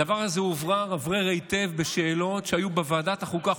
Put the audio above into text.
הדבר הזה הוברר הברר היטב בשאלות שהיו בוועדת החוקה,